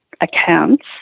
accounts